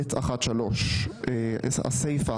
1(ב1)(3)הסיפה,